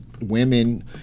women